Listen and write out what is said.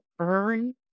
earn